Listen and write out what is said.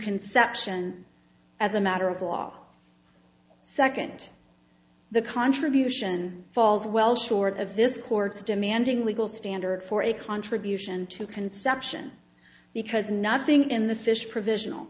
conception as a matter of law second the contribution falls well short of this court's demanding legal standard for a contribution to conception because nothing in the fish provisional